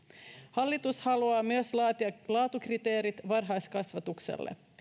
hallitus haluaa myös laatia laatukriteerit varhaiskasvatukselle